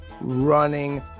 running